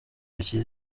icyo